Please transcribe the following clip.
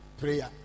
prayer